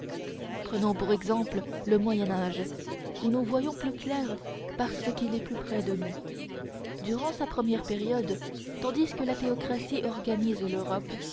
prenons pour exemple le moyen âge où nous voyons plus clair parce qu'il est plus près de nous durant sa première période tandis que la théocratie organise l'europe